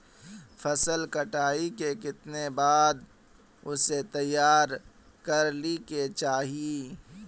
फसल कटाई के कीतना दिन बाद उसे तैयार कर ली के चाहिए?